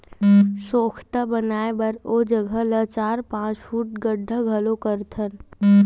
सोख्ता बनाए बर ओ जघा ल चार, पाँच फूट गड्ढ़ा घलोक करथन